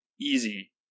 easy